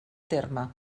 terme